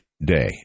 day